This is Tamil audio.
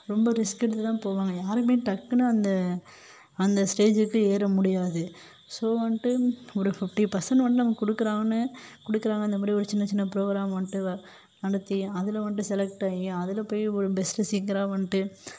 ரொம்ப ரிஸ்க் எடுத்து தான் போவாங்க யாருக்குமே டக்குன்னு அந்த அந்த ஸ்டேஜுக்கு ஏற முடியாது ஸோ வந்துட்டு ஒரு ஃபிஃப்ட்டி பர்சண்ட் வந்து நமக்கு கொடுக்குறாங்கனு கொடுக்குறாங்க இந்த மாதிரி ஒரு சின்னச்சின்ன ப்ரோக்ராம் வந்துட்டு வ நடத்தி அதில் வந்துட்டு செலக்ட் ஆகி அதில் போய் ஒரு பெஸ்ட்டு சிங்கராக வந்துட்டு